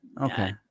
Okay